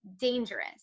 Dangerous